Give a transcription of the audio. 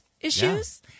issues